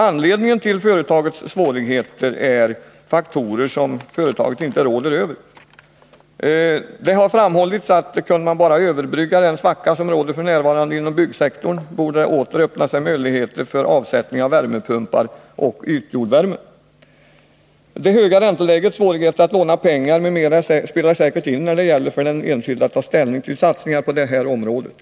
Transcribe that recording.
Anledningen till företagets svårigheter är faktorer som företaget inte råder över. Det har framhållits, att om man bara kunde överbrygga den svacka som råder f.n. inom byggsektorn, borde det åter öppna sig möjligheter för avsättning av värmepumpar och ytjordvärme. Det höga ränteläget, svårigheter att låna pengar m.m. spelar säkert in när det gäller för den enskilde att ta ställning till satsningar på detta område.